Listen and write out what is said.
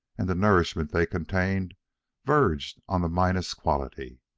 and the nourishment they contained verged on the minus quality.